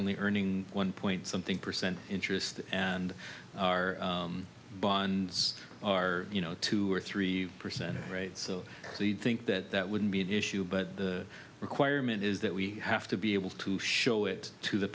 only earning one point something percent interest and our bonds are you know two or three percent right so we'd think that that wouldn't be an issue but the requirement is that we have to be able to show it to the